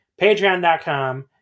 Patreon.com